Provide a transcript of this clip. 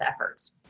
efforts